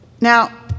Now